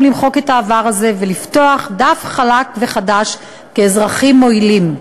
למחוק את העבר הזה ולפתוח דף חלק וחדש כאזרחים מועילים.